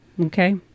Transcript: Okay